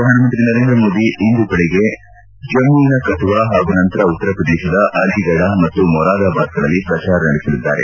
ಶ್ರಧಾನಮಂತ್ರಿ ನರೇಂದ್ರ ಮೋದಿ ಇಂದು ಬೆಳಗ್ಗೆ ಜಮ್ಮವಿನ ಕತುವಾ ಹಾಗೂ ನಂತರ ಉತ್ತರಪ್ರದೇಶದ ಅಲಿಗಢ ಮತ್ತು ಮೊರಾದಾಬಾದ್ಗಳಲ್ಲಿ ಪ್ರಚಾರ ನಡೆಸಲಿದ್ದಾರೆ